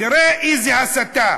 תראה איזה הסתה.